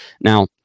Now